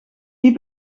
die